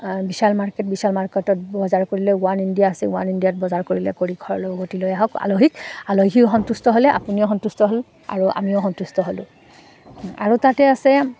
বিশাল market বিশাল মাৰ্কেটত বজাৰ কৰিলে ৱান ইণ্ডিয়া আছে ৱান ইণ্ডিয়াত বজাৰ কৰিলে কৰি ঘৰলৈ উভতি লৈ আহক আলহীক আলহীও সন্তুষ্ট হ'লে আপুনিও সন্তুষ্ট হ'ল আৰু আমিও সন্তুষ্ট হ'লো আৰু তাতে আছে